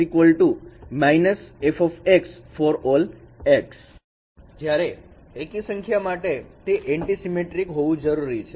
f− x − f for all x જ્યારે એકી સંખ્યા માટે તે એનટીસીમેટ્રિક હોવું જરૂરી છે